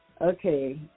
Okay